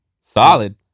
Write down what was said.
Solid